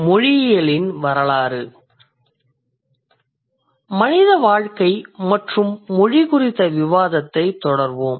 மனித வாழ்க்கை மற்றும் மொழி குறித்த விவாதத்தை தொடர்வோம்